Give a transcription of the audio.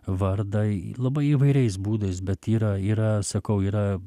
vardą labai įvairiais būdais bet yra yra sakau yra